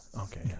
Okay